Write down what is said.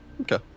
Okay